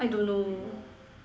I don't know